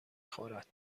خورد